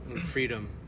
freedom